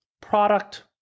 product